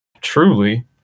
truly